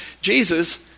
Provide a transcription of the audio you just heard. Jesus